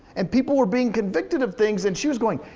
and people were being convicted of things and she was going,